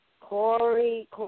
Corey